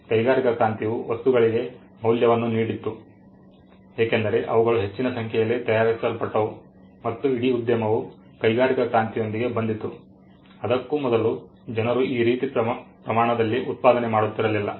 ಕೈಗಾರಿಕಾ ಕ್ರಾಂತಿಯು ವಸ್ತುಗಳಿಗೆ ಮೌಲ್ಯವನ್ನು ನೀಡಿತು ಏಕೆಂದರೆ ಅವುಗಳು ಹೆಚ್ಚಿನ ಸಂಖ್ಯೆಯಲ್ಲಿ ತಯಾರಿಸಲ್ಪಟ್ಟವು ಮತ್ತು ಇಡೀ ಉದ್ಯಮವು ಕೈಗಾರಿಕಾ ಕ್ರಾಂತಿಯೊಂದಿಗೆ ಬಂದಿತು ಅದಕ್ಕೂ ಮೊದಲು ಜನರು ಈ ರೀತಿ ಪ್ರಮಾಣದಲ್ಲಿ ಉತ್ಪಾದನೆ ಮಾಡುತ್ತಿರಲಿಲ್ಲ